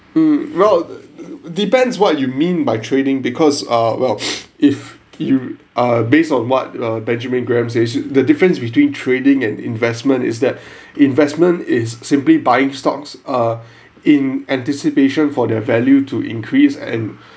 mm well de~ depends what you mean by trading because uh well if you uh base on what uh benjamin graham says the difference between trading and investment is that investment is simply buying stocks uh in anticipation for their value to increase and